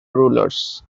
rulers